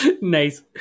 Nice